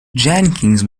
jenkins